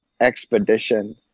expedition